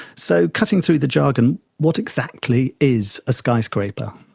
so cutting through the jargon, what exactly is a skyscraper?